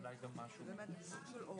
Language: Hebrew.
ופגיעה מינית זה פוייה, זה לא מה שאני רוצה לשמוע.